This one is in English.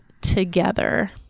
together